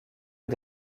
aux